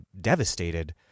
devastated